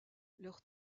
leurs